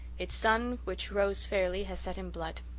its sun, which rose fairly, has set in blood.